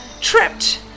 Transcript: tripped